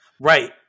Right